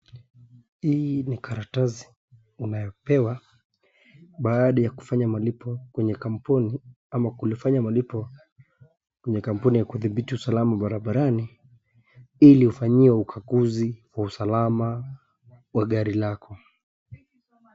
Hii ni karatasi unayopewa baada ya kufanya malipo kwenye kampuni ama kufanya malipo kwenye kampuni ya kudhibiti usalama barabarani ili ufanyiwe ukaguzi wa usalama wa gari lako.